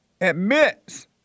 Admits